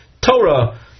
Torah